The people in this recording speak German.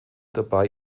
dabei